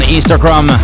Instagram